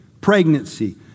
pregnancy